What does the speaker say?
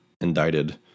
indicted